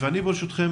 ברשותכם,